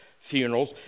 funerals